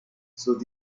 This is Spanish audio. sus